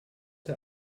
der